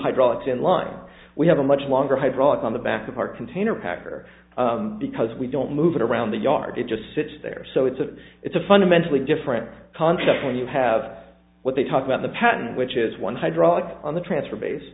hydraulics in line we have a much longer hydraulics on the back of our container packer because we don't move it around the yard it just sits there so it's a it's a fundamentally different concept when you have what they talk about the patent which is one hydraulics on the transfer base